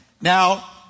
Now